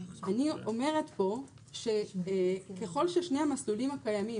אני אומרת פה שככל ששני המסלולים הקיימים